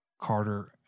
Carter